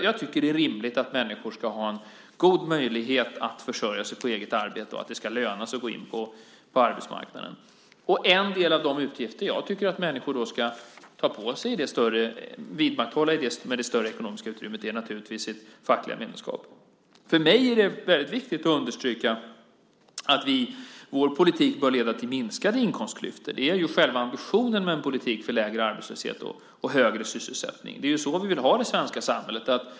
Jag tycker att det är rimligt att människor ska ha en god möjlighet att försörja sig på eget arbete och att det ska löna sig att gå in på arbetsmarknaden. En del av de utgifter jag tycker att människor ska ta på sig att vidmakthålla med det större ekonomiska utrymmet är naturligtvis sitt fackliga medlemskap. För mig är det väldigt viktigt att understryka att vår politik bör leda till minskade inkomstklyftor. Det är själva ambitionen med en politik för lägre arbetslöshet och högre sysselsättning. Det är så vi vill ha det svenska samhället.